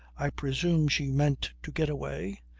i presume she meant to get away.